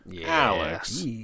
Alex